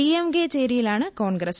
D M K ചേരിയിലാണ് കോൺഗ്രസ്